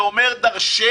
זה אומר דרשני,